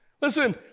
Listen